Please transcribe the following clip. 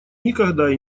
никогда